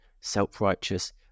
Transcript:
self-righteous